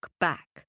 back